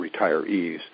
retirees